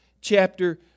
chapter